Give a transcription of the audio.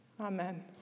Amen